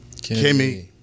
Kimmy